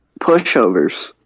pushovers